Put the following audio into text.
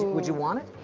would you want it?